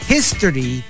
History